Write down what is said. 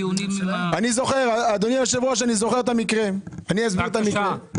אדוני היושב-ראש, אני זוכר את המקרה ואסביר אותו.